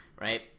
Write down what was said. right